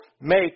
make